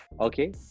Okay